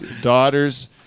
daughters